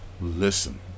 listen